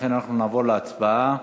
לכן נעבור להצבעה.